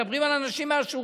אנחנו מדברים על אנשים מהשורה.